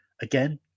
again